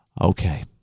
Okay